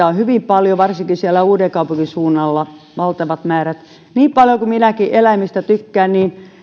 on hyvin paljon varsinkin siellä uudenkaupungin suunnalla valtavat määrät niin paljon kuin minäkin eläimistä tykkään